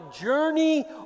journey